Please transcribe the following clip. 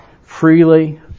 freely